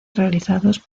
realizados